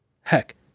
heck